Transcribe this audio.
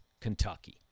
Kentucky